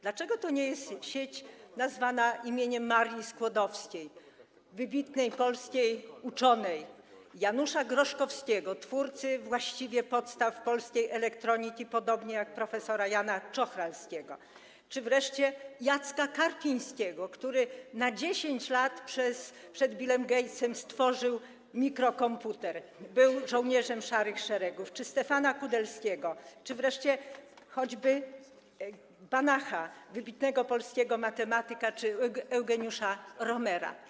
Dlaczego ta sieć nie jest nazwana imieniem Marii Skłodowskiej - wybitnej polskiej uczonej, Janusza Groszkowskiego - twórcy właściwie podstaw polskiej elektroniki, podobnie jak prof. Jana Czochralskiego, czy wreszcie Jacka Karpińskiego, który na 10 lat przed Billem Gatesem stworzył mikrokomputer, był żołnierzem Szarych Szeregów, czy Stefana Kudelskiego, czy wreszcie choćby Banacha - wybitnego polskiego matematyka, czy Eugeniusza Romera?